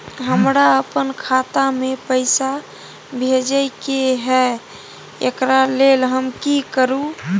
हमरा अपन खाता में पैसा भेजय के है, एकरा लेल हम की करू?